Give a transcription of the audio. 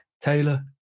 Taylor